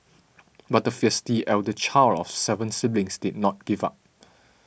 but the feisty elder child of seven siblings did not give up